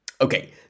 Okay